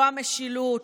לא המשילות.